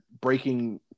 breaking